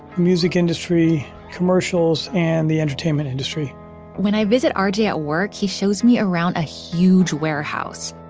music industry, commercials, and the entertainment industry when i visit ah rj yeah at work, he shows me around a huge warehouse.